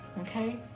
okay